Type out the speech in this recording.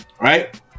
right